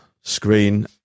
screen